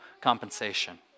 compensation